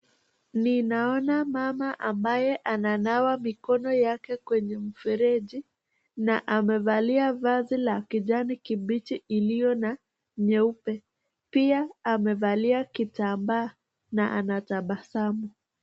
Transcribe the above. Ninaona mama ambaye ananawa mikono yake kwenye mfereji na amevalia vazi la kijani kibichi, iliyo na nyeupe, pia amevalia kitambaa na anatabasamu.